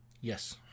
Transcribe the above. yes